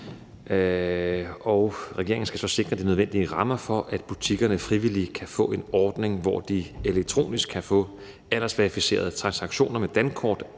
regeringen skal så sikre de nødvendige rammer for, at butikkerne frivilligt kan få en ordning, hvor de elektronisk kan få aldersverificerede transaktioner med dankort